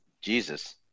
Jesus